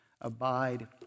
abide